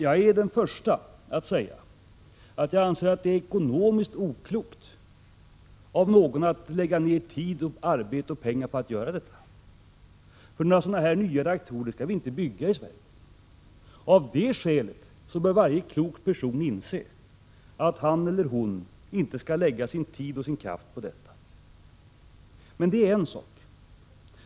Jag är den förste att säga att det är ekonomiskt oklokt av någon att lägga ned tid, arbete och pengar på att göra detta. Några nya sådana reaktorer skall vi inte bygga i Sverige. Av det skälet bör varje klok person inse att han eller hon inte skall lägga ned tid och kraft på det. Men det är en sak.